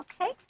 Okay